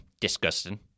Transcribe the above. disgusting